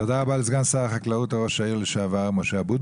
תודה רבה לסגן שר החקלאות, משה אבוטבול.